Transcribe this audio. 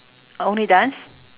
only dance